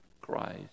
Christ